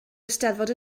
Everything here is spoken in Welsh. eisteddfod